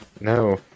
No